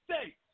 States